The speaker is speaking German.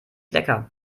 lecker